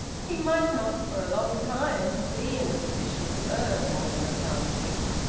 he might not for a long time be in a position to earn more than a pound a week.